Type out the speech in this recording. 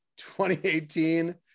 2018